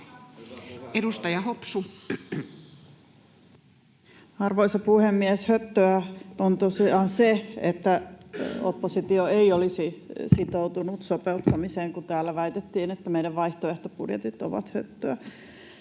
Content: Arvoisa puhemies! Höttöä on tosiaan se, että oppositio ei olisi sitoutunut sopeuttamiseen, kun täällä väitettiin, että meidän vaihtoehtobudjetit ovat höttöä.